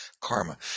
karma